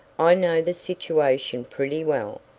i know the situation pretty well,